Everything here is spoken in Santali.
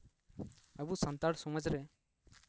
ᱟᱵᱚ ᱥᱟᱱᱛᱟᱲ ᱥᱚᱢᱟᱡᱽ ᱨᱮ